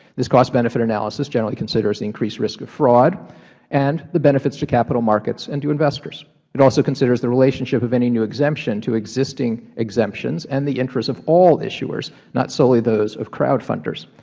this costbenefit analysis generally considers the increased risk of fraud and the benefits to capital markets and to investors. it also considers the relationship of any new exemption to existing exemptions and the interest of all issuers, not solely those of crowd funders.